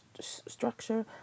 structure